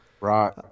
Right